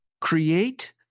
Create